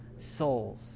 souls